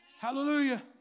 Hallelujah